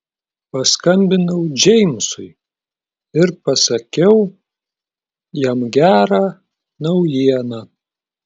paskambinau džeimsui ir pasakiau jam gerą naujieną